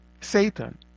Satan